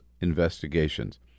investigations